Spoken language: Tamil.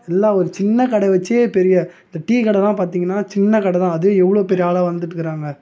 எல்லாம் ஒரு சின்ன கடையை வச்சே பெரிய இந்த டீ கடைலாம் பார்த்திங்கன்னா சின்ன கடைதான் அதே எவ்வளோ பெரிய ஆளாக வளர்ந்துட்ருக்குறாங்க